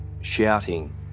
shouting